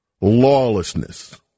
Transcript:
lawlessness